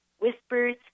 whispers